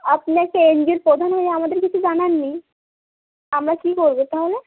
আপনাকে এনজিওর প্রধান হয়ে আমাদের কিছু জানাননি আমরা কী করব তাহলে